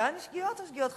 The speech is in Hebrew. אותן שגיאות או שגיאות חדשות?